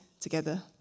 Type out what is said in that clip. together